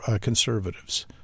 conservatives